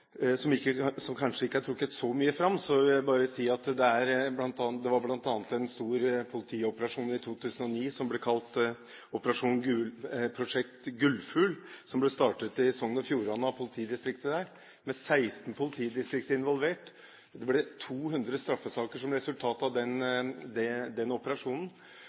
som alle peker i samme retning. Hvis jeg skulle understreke noen av de justispolitiske sidene ved dette, som kanskje ikke er trukket så mye fram, så vil jeg bl.a. nevne at det var en stor politioperasjon i 2009 som ble kalt Prosjekt Gullfugl. Den ble startet i Sogn og Fjordane politidistrikt. 16 politidistrikter var involvert. Som resultat av den operasjonen ble det